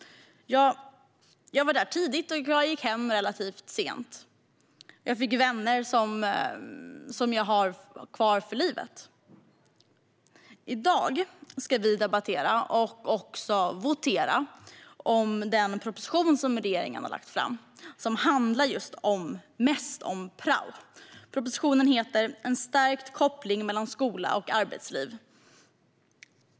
Jag var där tidigt, och jag gick hem relativt sent. Jag fick vänner som jag har kvar för livet. I dag ska vi debattera och votera om den proposition som regeringen har lagt fram, som mestadels handlar om just prao. Propositionen heter Stärkt koppling mellan skola och arbetsliv .